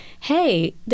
hey